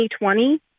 2020